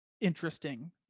interesting